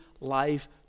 life